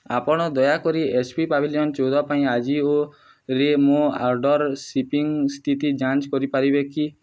ଆପଣ ଦୟାକରି H P pavilion ଚଉଦ ପାଇଁ ଆଜିଓ ରେ ମୋ ଅର୍ଡ଼ର୍ର ସିପିଙ୍ଗ ସ୍ଥିତି ଯାଞ୍ଚ କରିପାରିବେ କି